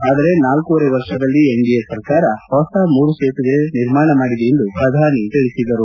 ಆದರೆ ನಾಲೂವರೆ ವರ್ಷದಲ್ಲಿ ಎನ್ಡಿಎ ಸರಕಾರ ಹೊಸ ಮೂರು ಸೇತುವೆ ನಿರ್ಮಾಣ ಮಾಡಿದೆ ಎಂದು ಪ್ರಧಾನಿ ತಿಳಿಸಿದರು